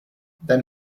then